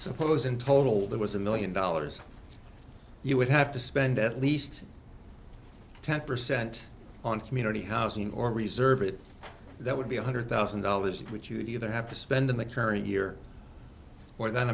suppose in total there was a million dollars you would have to spend at least ten percent on community housing or reserve it that would be one hundred thousand dollars of which you would either have to spend in the current year or that